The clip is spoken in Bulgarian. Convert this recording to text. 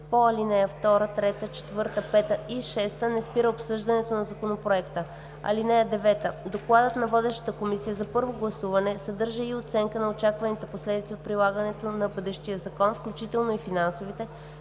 по ал. 2, 3, 4, 5 и 6 не спира обсъждането на законопроекта. (9) Докладът на водещата комисия за първо гласуване съдържа и оценка на очакваните последици от прилагането на бъдещия закон, включително и финансовите,